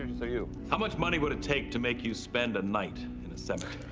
um so you? how much money would it take to make you spend a night in a cemetery?